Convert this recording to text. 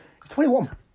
21